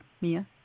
Mia